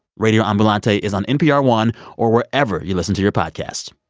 radio ambulante is on npr one or where ever you listen to your podcasts